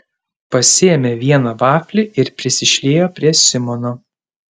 pasiėmė vieną vaflį ir prisišliejo prie simono